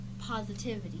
positivity